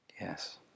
Yes